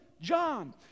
John